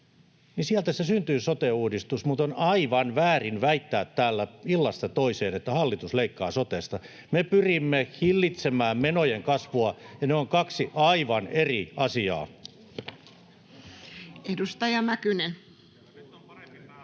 Sieltä syntyy se sote-uudistus. Mutta on aivan väärin väittää täällä illasta toiseen, että hallitus leikkaa sotesta. Me pyrimme hillitsemään menojen kasvua, ja ne ovat kaksi aivan eri asiaa. Edustaja Mäkynen.